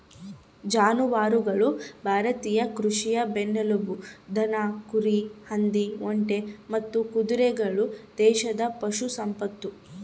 ಜಾನುವಾರುಗಳು ಭಾರತೀಯ ಕೃಷಿಯ ಬೆನ್ನೆಲುಬು ದನ ಕುರಿ ಹಂದಿ ಒಂಟೆ ಮತ್ತು ಕುದುರೆಗಳು ದೇಶದ ಪಶು ಸಂಪತ್ತು